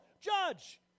judge